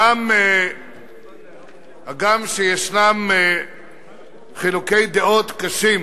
הגם שישנם חילוקי דעות קשים